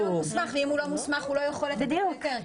אם הגורם הוא לא מוסמך, הוא לא יכול לתת היתר.